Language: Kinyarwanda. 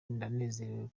ndanezerewe